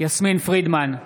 יסמין פרידמן,